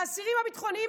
לאסירים הביטחוניים,